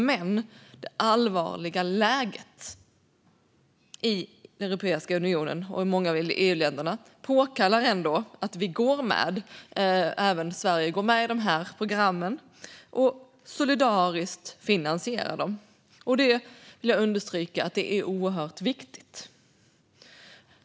Men det allvarliga läget i Europeiska unionen och i många av EU-länderna påkallar ändå att även Sverige ansluter sig till de här programmen och solidariskt finansierar dem. Det vill jag understryka är oerhört viktigt.